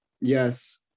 yes